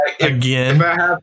again